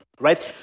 Right